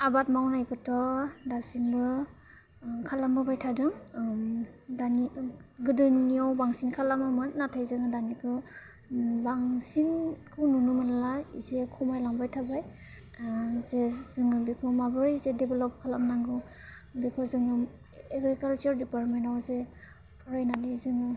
आबाद मावनायखौथ' दासिमबो खालामबोबाय थादों दानि गोदोनियाव बांसिन खालामोमोन नाथाय जोङो दानिखौ बांसिनखौ नुनो मोनला एसे खमायलांबाय थाबाय जे जोङो बेखौ माबोरै जे डेभ्लप खालामनांगौ बेखौ जोङो एग्रिकालसार डिपार्टमेन्टआव जे फरायनानै जोङो